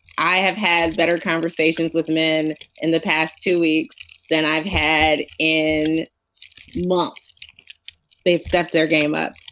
i have had better conversations with men in the past two weeks than i've had in months they set their game up.